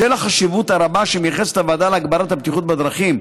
בשל החשיבות הרבה שמייחסת הוועדה להגברת הבטיחות בדרכים,